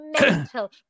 mental